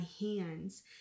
hands